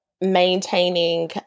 maintaining